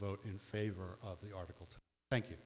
vote in favor of the article to thank you